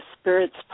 spirits